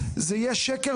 זה יהיה שקר,